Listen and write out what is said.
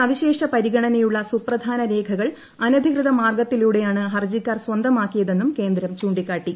സവിശേഷ ഷ്ട്രിഗണനയുള്ള സുപ്രധാന രേഖകൾ അനധികൃത മാർഗ്ഗത്തിലൂടെയാണ് ഹർജിക്കാർ സ്വന്തമാക്കിയതെന്നും കേന്ദ്രം ചൂണ്ടിക്കാട്ടി